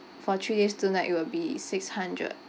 for three days two night it will be six hundred